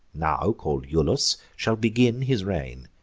now call'd iulus, shall begin his reign.